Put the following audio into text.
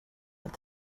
that